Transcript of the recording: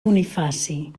bonifaci